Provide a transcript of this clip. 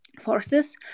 forces